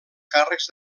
càrrecs